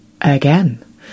Again